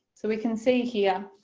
so we can see here,